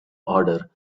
order